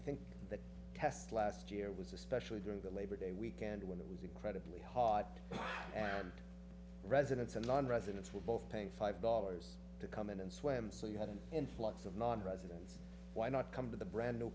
think that test last year was especially during the labor day weekend when it was incredibly hot and residents and lawn residents were both paying five dollars to come in and swim so you had an influx of nonresidents why not come to the brand new